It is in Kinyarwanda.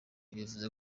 yavuze